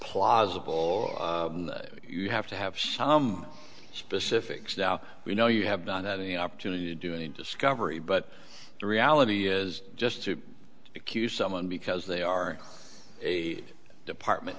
plausible you have to have some specifics you know you have done that any opportunity to do any discovery but the reality is just to accuse someone because they are a department